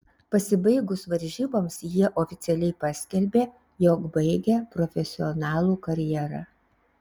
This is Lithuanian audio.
pasibaigus varžyboms jie oficialiai paskelbė jog baigia profesionalų karjerą